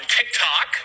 TikTok